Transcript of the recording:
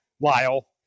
Lyle